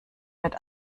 mit